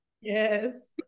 Yes